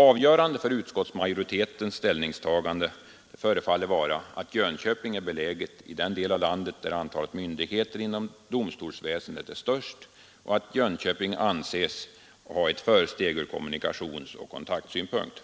Avgörande för utskottsmajoritetens ställningstagande förefaller vara att Jönköping är beläget i den del av landet, där antalet myndigheter inom domstolsväsendet är störst och att Jönköping anses ha ett försteg ur kommunikationsoch kontaktsynpunkt.